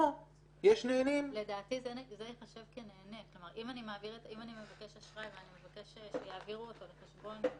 אתה בודק אם יש נהנה גם במקום שאליו אתה מעביר את הכסף.